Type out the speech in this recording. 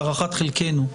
להערכת חלקנו,